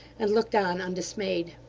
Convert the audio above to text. and looked on undismayed.